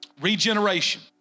regeneration